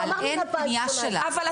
רויטל, אין פנייה שלך שלא נבדקת.